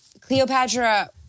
Cleopatra